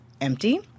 empty